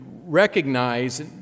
recognize